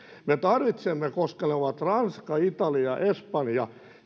me tarvitsemme rahastoa koska ne ovat ranska italia espanja